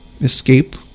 escape